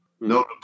No